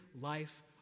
life